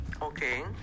okay